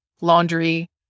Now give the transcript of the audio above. laundry